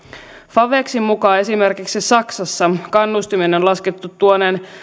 favexin mukaan esimerkiksi saksassa kannustimen on laskettu tuoneen